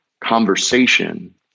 conversation